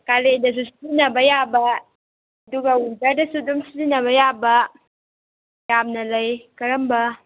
ꯀꯥꯂꯦꯟꯗꯁꯨ ꯁꯤꯖꯤꯟꯅꯕ ꯌꯥꯕ ꯑꯗꯨꯒ ꯋꯤꯟꯇꯔꯗꯁꯨ ꯑꯗꯨꯝ ꯁꯤꯖꯤꯟꯅꯕ ꯌꯥꯕ ꯌꯥꯝꯅ ꯂꯩ ꯀꯔꯝꯕ